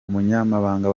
umunyamabanga